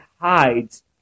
hides